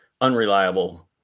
unreliable